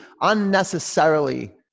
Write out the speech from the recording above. unnecessarily